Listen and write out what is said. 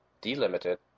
delimited